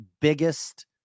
biggest